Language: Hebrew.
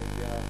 נגיעה